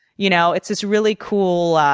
you know it's this really cool